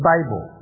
Bible